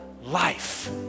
life